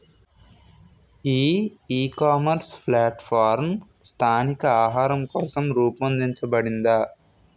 ఈ ecommerce platform స్థానిక ఆహారం కోసం రూపొందించబడిందా?